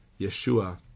Yeshua